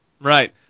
Right